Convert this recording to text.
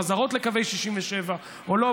חזרות לקווי 67' או לא,